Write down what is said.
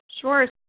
Sure